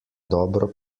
dobro